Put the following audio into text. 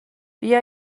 بیا